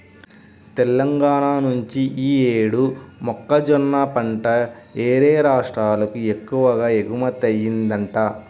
తెలంగాణా నుంచి యీ యేడు మొక్కజొన్న పంట యేరే రాష్ట్రాలకు ఎక్కువగా ఎగుమతయ్యిందంట